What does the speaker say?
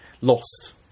lost